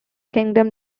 kingdom